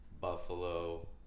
Buffalo